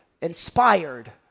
inspired